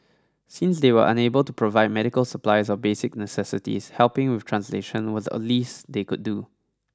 since they were unable to provide medical supplies or basic necessities helping with translations was the least they could do